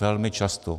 Velmi často.